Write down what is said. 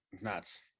Nuts